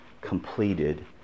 completed